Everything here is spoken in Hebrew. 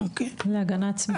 להגנה עצמית.